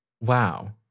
Wow